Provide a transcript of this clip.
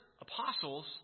apostles